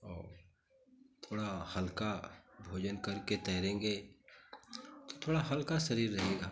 और थोड़ा हल्का भोजन करके तैरेंगे तो थोड़ा हल्का शरीर रहेगा